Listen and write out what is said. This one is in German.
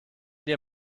dir